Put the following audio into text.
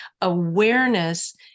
awareness